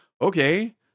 okay